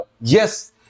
Yes